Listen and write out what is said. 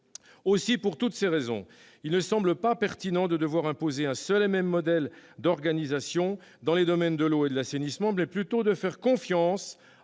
Aussi, pour toutes ces raisons, il ne semble pas pertinent de devoir imposer un seul et même modèle d'organisation dans les domaines de l'eau et de l'assainissement, mais plutôt de faire confiance